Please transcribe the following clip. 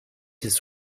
his